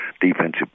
defensive